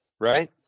right